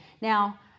Now